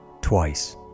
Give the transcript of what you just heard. twice